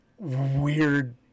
weird